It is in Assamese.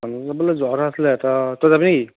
আমি এফালে যোৱা কথা আছিলে এটা তই যাবি নেকি